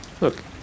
Look